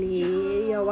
ya